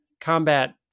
combat